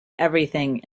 everything